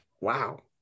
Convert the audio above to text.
wow